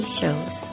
shows